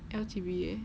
L_T_B eh